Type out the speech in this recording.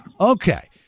Okay